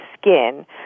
skin